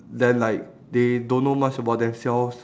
then like they don't know much about themselves